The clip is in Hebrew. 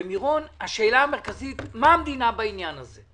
במירון השאלה המרכזית היא מה המדינה בעניין הזה.